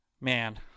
man